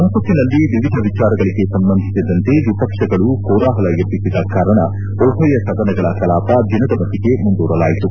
ಸಂಸತ್ತಿನಲ್ಲಿ ವಿವಿಧ ವಿಚಾರಗಳಿಗೆ ಸಂಬಂಧಿಸಿದಂತೆ ವಿಪಕ್ಷಗಳು ಕೋಲಾಹಲ ಎಬ್ಬಿಸಿದ ಕಾರಣ ಉಭಯ ಸದನಗಳ ಕಲಾಪ ದಿನದ ಮಟ್ಟಿಗೆ ಮುಂದೂಡಲಾಯಿತು